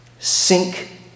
sink